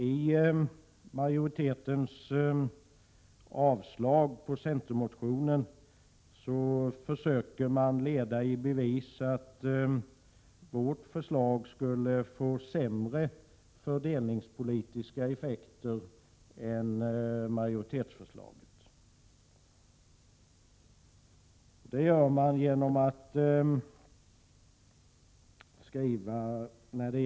I majoritetens avslagsyrkande på centermotionen försöker man leda i bevis att vårt förslag skulle få sämre fördelningspolitiska effekter än majoritetsförslaget. När det gäller kompensationen för slopad kommunal = Prot.